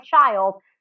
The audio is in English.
child